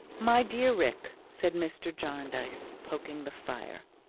my dear rick, said mr. jarndyce, poking the fire,